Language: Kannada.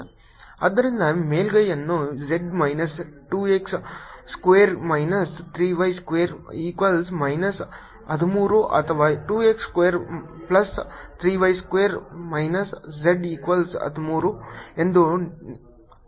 ಆದ್ದರಿಂದ ಮೇಲ್ಮೈಯನ್ನು z minus 2 x square minus 3 y square equals minus 13 ಅಥವಾ 2 x square plus 3 y square minus z equals 13 ಎಂದು ವಿಸ್ತರಿಸಲಾಗಿದೆ ಅದು ಉತ್ತರವಾಗಿದೆ